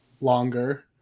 longer